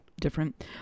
Different